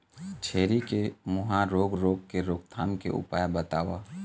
छेरी के मुहा रोग रोग के रोकथाम के उपाय बताव?